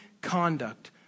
conduct